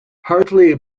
hartley